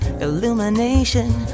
Illumination